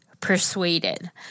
persuaded